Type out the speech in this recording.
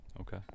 Okay